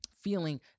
feeling